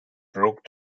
broke